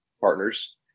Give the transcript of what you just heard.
partners